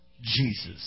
Jesus